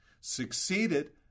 succeeded